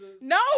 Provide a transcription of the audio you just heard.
No